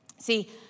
See